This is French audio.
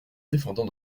défendant